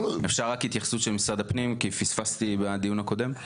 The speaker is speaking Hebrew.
אפשר רק התייחסות של משרד הפנים כי פספסתי בדיון הקודם?